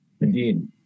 indeed